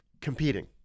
competing